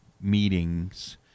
meetings